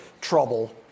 trouble